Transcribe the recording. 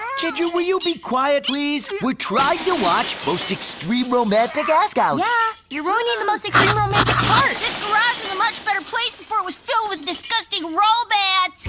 ginger, will you be quiet, please? we're trying to watch most extreme romantic ask-outs. yeah, you're ruining the most extreme romantic part. this garage was a much better place before it was filled with disgusting romance.